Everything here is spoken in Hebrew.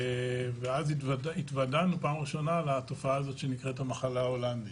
ואז התוודענו פעם ראשונה לתופעה שנקראת "המחלה ההולנדית".